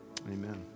amen